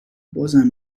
بازم